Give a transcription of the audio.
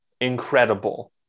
incredible